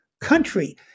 country